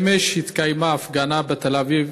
אמש התקיימה בתל-אביב